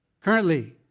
currently